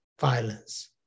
violence